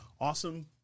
Awesome